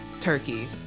turkey